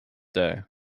day